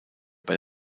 bei